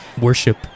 worship